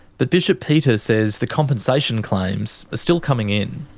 but bishop peter says the compensation claims are still coming in.